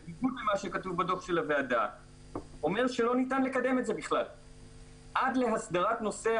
חוקי המוסדיים כולנו צריכים לדעת שכמו שאנחנו לא רוצים כניסה של